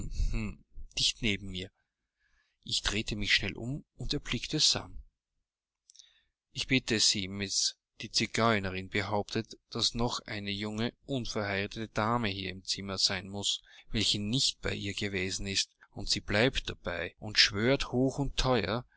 dicht neben mir ich drehte mich schnell um und erblickte sam ich bitte sie miß die zigeunerin behauptet daß noch eine junge unverheiratete dame hier im zimmer sein muß welche nicht bei ihr gewesen ist und sie bleibt dabei und schwört hoch und teuer